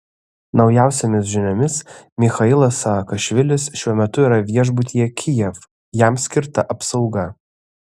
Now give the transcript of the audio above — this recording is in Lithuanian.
naujausiomis žiniomis michailas saakašvilis šiuo metu yra viešbutyje kijev jam skirta apsauga